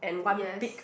yes